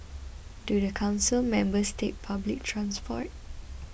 do the council members take public transport